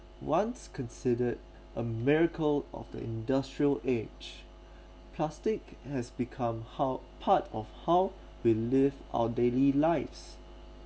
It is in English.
once considered a miracle of the industrial age plastic has become how part of how we live our daily lives